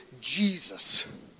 Jesus